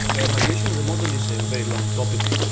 evaluation of a model is a very long topic,